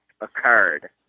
occurred